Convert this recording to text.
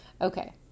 Okay